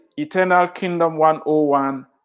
eternalkingdom101